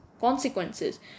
consequences